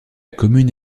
commune